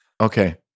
Okay